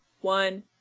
one